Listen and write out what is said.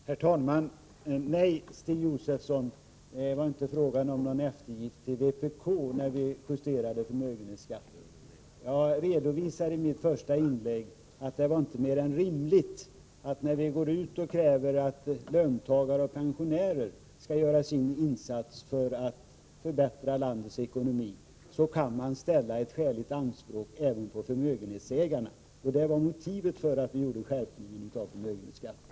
Herr talman! Nej, Stig Josefson, det var inte fråga om någon eftergift till vpk när vi justerade förmögenhetsskatten. Jag redovisade i mitt första inlägg att det var inte mer än rimligt, när vi kräver att löntagare och pensionärer skall göra sin insats för att förbättra landets ekonomi, att också ställa ett skäligt anspråk på förmögenhetsägarna. Det var motivet för den skärpning som vi gjorde av förmögenhetsskatten.